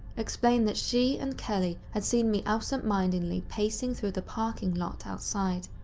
explained that she and kelly had seen me absent mindedly pacing through the parking lot outside.